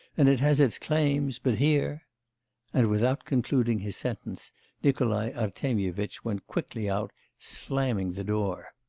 and it has its claims, but here and without concluding his sentence nikolai artemyevitch went quickly out, slamming the door.